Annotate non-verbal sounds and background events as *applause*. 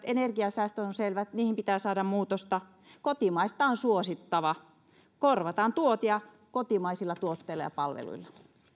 *unintelligible* energiansäästöön pitää saada muutosta kotimaista on suosittava korvataan tuontia kotimaisilla tuotteilla ja palveluilla koska